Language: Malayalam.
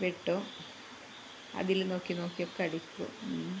വെട്ടോ അതില് നോക്കി നോക്കി പഠിക്കും